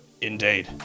indeed